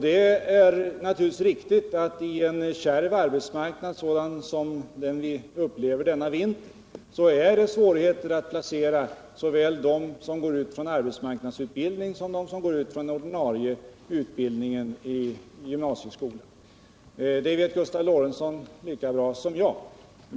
Det är naturligtvis riktigt att det på en kärv arbetsmarknad sådan som den vi upplever denna vinter är svårt att placera såväl dem som går ut från arbetsmarknadsutbildning som dem som går ut från den ordinarie 35 utbildningen i gymnasieskolan — det vet Gustav Lorentzon lika bra som jag.